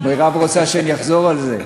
מירב רוצה שאני אחזור על זה?